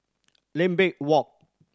Lambeth Walk